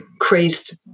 crazed